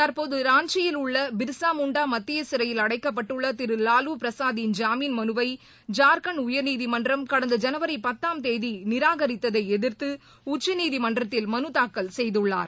தற்போது ராஞ்சியில் உள்ள பிர்சாமுண்டா மத்திய சிறையில் அடைக்கப்பட்டுள்ள திரு லாலு பிரசாத்தின் ஜாமீன் மனுவை ஜார்க்கண்ட் உயர்நீதிமன்றம் கடந்த ஜனவரி பத்தாம் தேதி நிரகாரித்ததை எதிர்த்து உச்சநீதிமன்றத்தில் மனு தாக்கல் செய்துள்ளார்